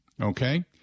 Okay